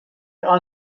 are